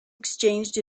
exchanged